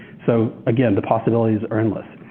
so again, the possibilities are endless.